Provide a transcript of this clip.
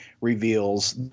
reveals